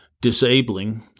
disabling